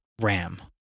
RAM